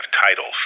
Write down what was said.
titles